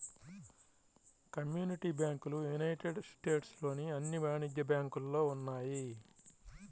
community బ్యాంకులు United States లోని అన్ని వాణిజ్య బ్యాంకులలో ఉన్నాయి